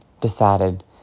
decided